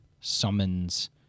summons